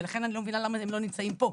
ולכן אני לא מבינה למה הם לא נמצאים פה.